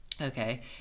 Okay